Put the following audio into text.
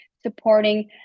supporting